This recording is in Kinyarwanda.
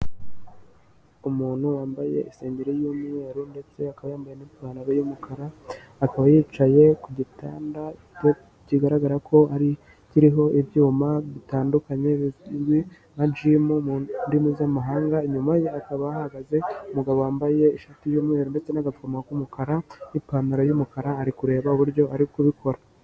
Umuntu wambaye isengeri y'umweru ndetse akaba yambaye n'ipantaro y'umukara, akaba yicaye ku gitanda kigaragara ko ari ikiriho ibyuma bitandukanye bizwi nka gym mu ndimi z'amahanga, inyuma ye hakaba hahagaze umugabo wambaye ishati y'umweru ndetse n'agapfukamunwa k'umukara n'ipantaro y'umukara ari kureba uburyo ari kubikora.